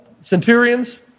centurions